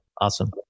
Awesome